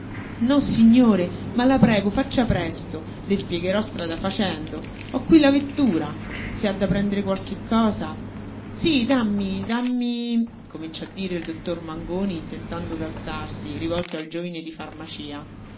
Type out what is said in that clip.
parente nossignore ma la prego faccia presto le spiegherò strada facendo ho qui la vettura se ha da prendere qualche cosa sí dammi dammi comincia a dire il dottor mangoni tentando d'alsusid'alzarsi rivolto al giovine di farmacia